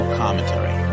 commentary